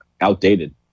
outdated